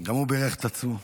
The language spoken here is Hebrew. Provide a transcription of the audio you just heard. גם הוא בירך את עצמו.